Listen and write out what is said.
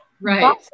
Right